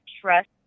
trust